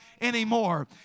anymore